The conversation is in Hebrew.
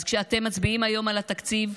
אז כשאתם מצביעים היום על התקציב,